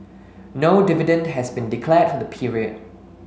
no dividend has been declared for the period